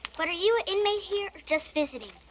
but are you an inmate here or just visiting?